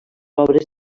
obres